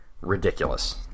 ridiculous